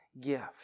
gift